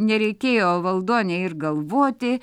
nereikėjo valdonei ir galvoti